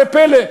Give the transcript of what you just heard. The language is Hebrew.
ראה פלא,